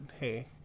hey